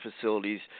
facilities